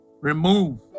remove